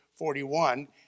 41